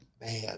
Man